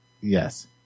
yes